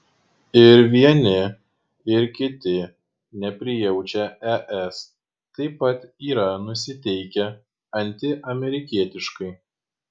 ir vieni ir kiti neprijaučia es taip pat yra nusiteikę antiamerikietiškai